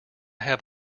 have